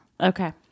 Okay